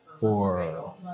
or-